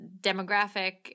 demographic